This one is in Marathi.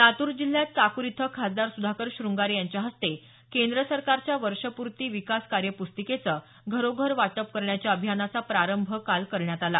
लातूर जिल्ह्यात चाकूर इथं खासदार सुधाकर शृंगारे यांच्या हस्ते केंद्र सरकारच्या वर्षपूर्ती विकास कार्यपुस्तिकेचं घरोघर वाटप करण्याच्या अभियानाचा प्रारंभ करण्यात आला